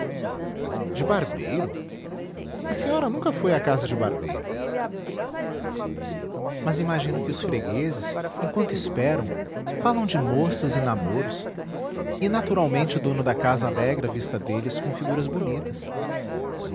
de barbeiro a senhora nunca foi a casa de barbeiro mas imagino que os fregueses enquanto esperam falam de moças e namoros e naturalmente o dono da casa alegra a vista deles com figuras bonitas